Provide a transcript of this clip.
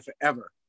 forever